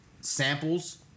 samples